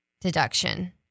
deduction